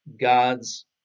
God's